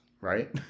right